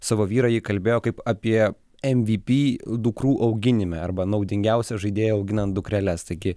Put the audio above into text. savo vyrą ji kalbėjo kaip apie mvp dukrų auginime arba naudingiausią žaidėją auginant dukreles taigi